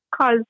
cause